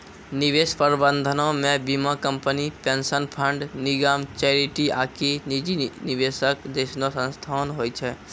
निवेश प्रबंधनो मे बीमा कंपनी, पेंशन फंड, निगम, चैरिटी आकि निजी निवेशक जैसनो संस्थान होय छै